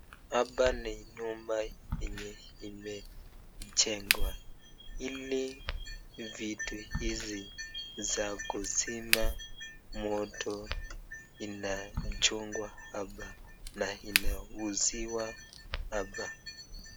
Hapa ni nyumba yenye imejengwa ili viti hizi za kuzima moto inachungwa hapa na inauziwa hapa.